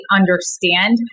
understand